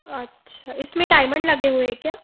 अच्छा इसमें डायमंड लगे हुए हैं क्या